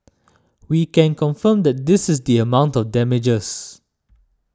we can confirm that this is the amount of damages